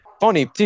funny